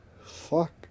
Fuck